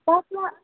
पत्ला